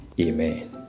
Amen